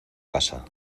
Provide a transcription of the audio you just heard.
casa